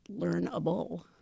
learnable